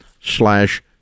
slash